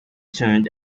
turned